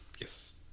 Yes